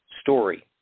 story